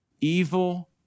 evil